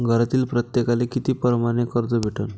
घरातील प्रत्येकाले किती परमाने कर्ज भेटन?